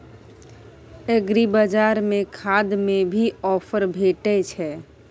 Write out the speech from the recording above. एग्रीबाजार में खाद में भी ऑफर भेटय छैय?